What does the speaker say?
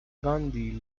gandhi